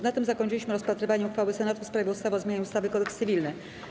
Na tym zakończyliśmy rozpatrywanie uchwały Senatu w sprawie ustawy o zmianie ustawy - Kodeks cywilny.